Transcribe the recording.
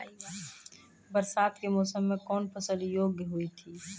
बरसात के मौसम मे कौन फसल योग्य हुई थी?